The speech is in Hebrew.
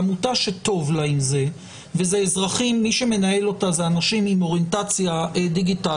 עמותה שטוב לה עם זה ומי שמנהל אותה הם האנשים עם אוריינטציה דיגיטלית,